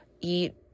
eat